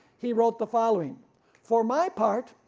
he wrote the following for my part,